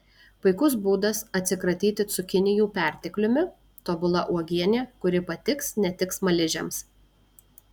puikus būdas atsikratyti cukinijų pertekliumi tobula uogienė kuri patiks ne tik smaližiams